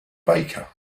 baker